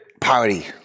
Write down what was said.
party